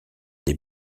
des